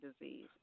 disease